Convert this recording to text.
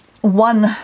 One